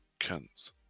cunts